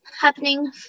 happening